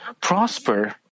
prosper